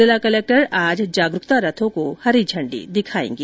जिला कलेक्टर आज जागरूकता रथों को हरी झण्डी दिखाएंगे